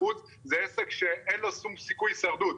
זה עסק שאין לו שום סיכויי הישרדות.